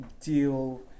deal